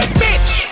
bitch